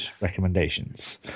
recommendations